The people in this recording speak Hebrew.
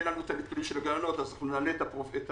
לנו תקציבים של הגננות אז אנחנו נעלה את התשלום.